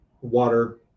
water